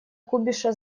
кубиша